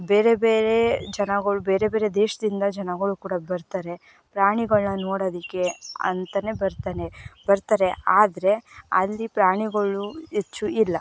ಬೇರೆ ಬೇರೆ ಜನಗಲು ಬೇರೆ ಬೇರೆ ದೇಶದಿಂದ ಜನಗಳು ಕೂಡ ಬರ್ತಾರೆ ಪ್ರಾಣಿಗಳ್ನ ನೋಡೋದಕ್ಕೆ ಅಂತಾನೇ ಬರ್ತಾನೆ ಬರ್ತಾರೆ ಆದರೆ ಅಲ್ಲಿ ಪ್ರಾಣಿಗಳು ಹೆಚ್ಚು ಇಲ್ಲ